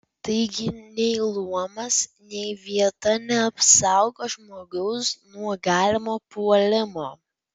taigi nei luomas nei vieta neapsaugo žmogaus nuo galimo puolimo